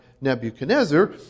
Nebuchadnezzar